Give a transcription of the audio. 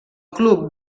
club